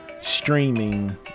streaming